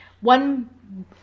one –